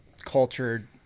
cultured